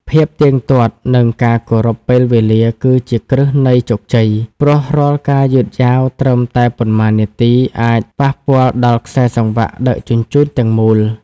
ភាពទៀងទាត់ និងការគោរពពេលវេលាគឺជាគ្រឹះនៃជោគជ័យ ព្រោះរាល់ការយឺតយ៉ាវត្រឹមតែប៉ុន្មាននាទីអាចប៉ះពាល់ដល់ខ្សែសង្វាក់ដឹកជញ្ជូនទាំងមូល។